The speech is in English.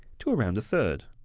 to around a third.